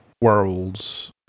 worlds